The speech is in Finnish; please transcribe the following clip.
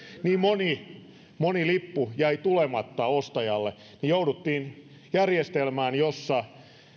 niin moni moni lippu jäi tulematta ostajille jouduttiin järjestelmään jossa